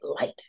light